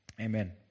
Amen